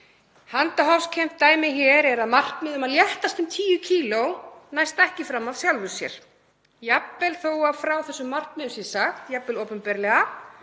Handahófskennt dæmi hér er að markmið um að léttast um 10 kíló næst ekki af sjálfu sér, jafnvel þó að frá þessu markmiði sé sagt, jafnvel opinberlega,